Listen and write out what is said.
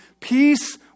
peace